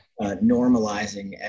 normalizing